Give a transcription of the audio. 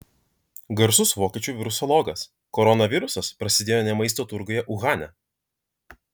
garsus vokiečių virusologas koronavirusas prasidėjo ne maisto turguje uhane